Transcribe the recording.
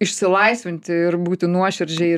išsilaisvinti ir būti nuoširdžiai ir